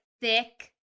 thick